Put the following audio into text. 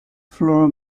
floor